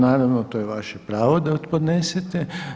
Naravno, to je vaše pravo da podnesete.